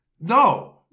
No